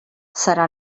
serà